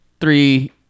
three